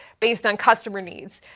based on customer needs.